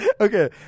Okay